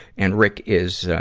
and rick is, ah,